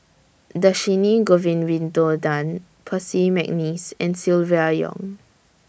Dhershini Govin Winodan Percy Mcneice and Silvia Yong